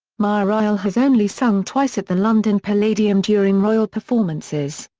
mireille has only sung twice at the london palladium during royal performances.